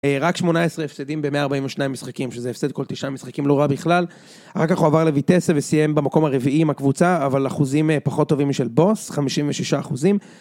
רק 18 הפסדים ב-142 משחקים, שזה הפסד כל 9 משחקים, לא רע בכלל. אח''כ הוא עבר לביטסה וסיים במקום הרביעי עם הקבוצה, אבל אחוזים פחות טובים משל בוס, 56 אחוזים.